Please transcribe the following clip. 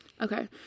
Okay